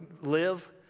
live